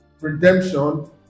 redemption